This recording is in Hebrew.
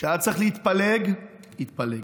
כשהיה צריך להתפלג, התפלג.